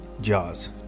Jaws